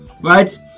right